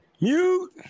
Mute